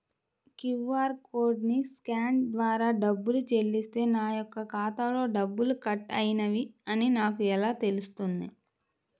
QR కోడ్ని scan ద్వారా డబ్బులు చెల్లిస్తే నా యొక్క ఖాతాలో డబ్బులు కట్ అయినవి అని నాకు ఎలా తెలుస్తుంది?